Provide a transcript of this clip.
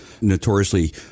notoriously